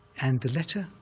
and the letter,